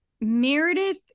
Meredith